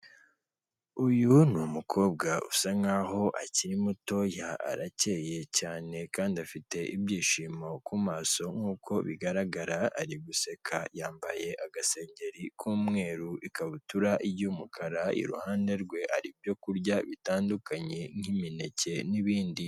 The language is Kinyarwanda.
Uyu ni umukobwa usa nk'aho akiri mutoya. Arakeye cyane, kandi afite ibyishimo ku maso nk'uko bigaragara, ari guseka, yambaye agasengeri k'umweru, ikabutura y'umukara, iruhande rwe hari ibyo kurya bitandukanye, nk'imineke, n'ibindi.